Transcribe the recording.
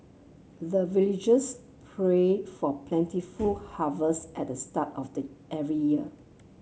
the villagers pray for plentiful harvest at the start of every year